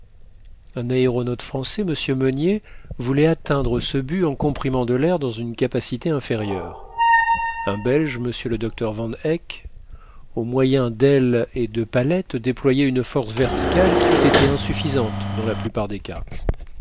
un aéronaute français m meunier voulait atteindre ce but en comprimant de l'air dans une capacité intérieure un belge m le docteur van hecke au moyen d'ailes et de palettes déployait une force verticale qui eut été insuffisante dans la plupart des cas